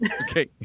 Okay